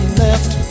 left